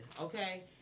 okay